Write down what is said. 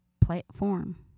platform